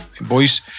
boys